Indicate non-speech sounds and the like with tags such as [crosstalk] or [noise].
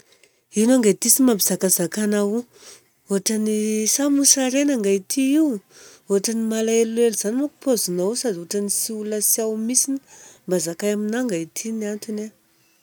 Ino angahy ity tsy mampizakazaka anao io? Ohatra ny [hesitation] sa moserana angahy ity io? Ohatra ny malahelohelo izany manko paozinao sady ohatra ny olona tsy ao mintsiny. Mba zakay aminahy angahy ity ny antony a!